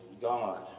God